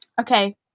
Okay